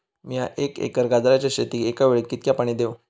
मीया एक एकर गाजराच्या शेतीक एका वेळेक कितक्या पाणी देव?